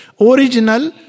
original